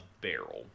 barrel